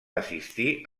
assistir